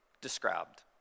described